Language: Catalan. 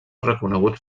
reconeguts